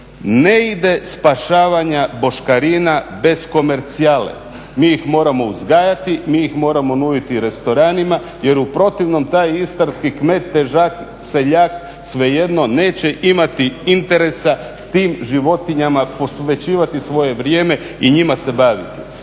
ne ide spašavanje boškarina bez komercijale. Mi ih moramo uzgajati, mi ih moramo nuditi restoranima, jer u protivnom taj istarski kmet, težak, seljak svejedno neće imati interesa tim životinjama posvećivati svoje vrijeme i njima se baviti.